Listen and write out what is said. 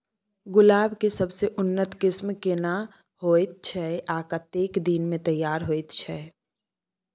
गुलाब के सबसे उन्नत किस्म केना होयत छै आ कतेक दिन में तैयार होयत छै?